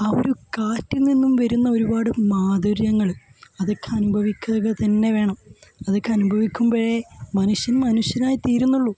ആ ഒരു കാറ്റിൽ നിന്നു വരുന്ന ഒരുപാട് മാധൂര്യങ്ങൾ അതൊക്കെ അനുഭവിക്കുക തന്നെ വേണം അതൊക്കെ അനുഭവിക്കുമ്പോഴേ മനുഷ്യൻ മനുഷ്യനായി തീരുന്നുള്ളൂ